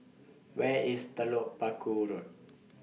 Where IS Telok Paku Road